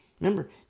Remember